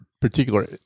particular